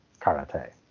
karate